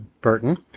Burton